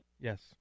Yes